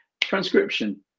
transcription